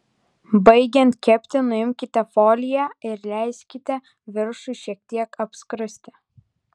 baigiant kepti nuimkite foliją ir leiskite viršui šiek tiek apskrusti